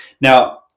Now